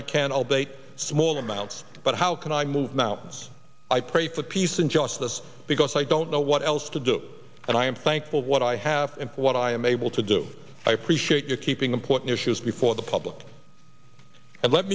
bake small amounts but how can i move mountains i pray for peace and justice because i don't know what else to do and i am thankful what i have and what i am able to do i appreciate your keeping important issues before the public and let